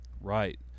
Right